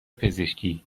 پزشکی